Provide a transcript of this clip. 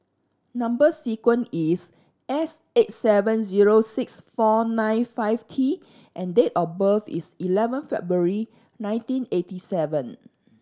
number sequence is S eight seven zero six four nine five T and date of birth is eleven February nineteen eighty seven